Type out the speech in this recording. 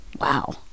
Wow